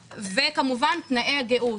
וכמובן, תנאי הגהות.